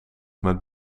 met